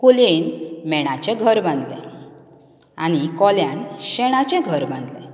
कोलयेन मेणाचें घर बांदलें आनी कोल्यान शेणाचें घर बांदलें